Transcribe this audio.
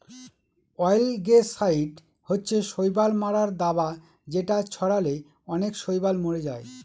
অয়েলগেসাইড হচ্ছে শৈবাল মারার দাবা যেটা ছড়ালে অনেক শৈবাল মরে যায়